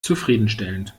zufriedenstellend